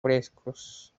frescos